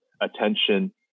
attention